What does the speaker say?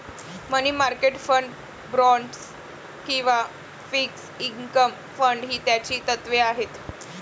मनी market fund, bonds किंवा fixed income fund ही त्याची तत्त्वे आहेत